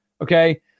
Okay